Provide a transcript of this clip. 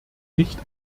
nicht